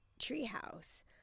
treehouse